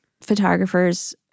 photographers